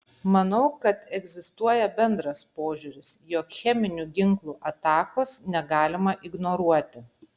manau kad egzistuoja bendras požiūris jog cheminių ginklų atakos negalima ignoruoti